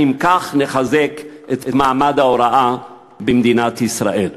האם כך נחזק את מעמד ההוראה במדינת ישראל?